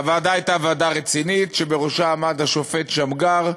והוועדה הייתה ועדה רצינית, בראשה עמד השופט שמגר,